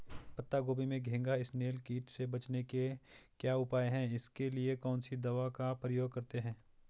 पत्ता गोभी में घैंघा इसनैल कीट से बचने के क्या उपाय हैं इसके लिए कौन सी दवा का प्रयोग करते हैं?